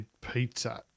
pizza